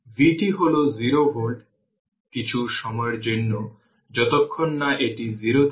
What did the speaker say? সুতরাং এটি 20 Ω তার মানে এটি 5 Ω এবং এই 2টি প্যারালাল